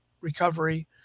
recovery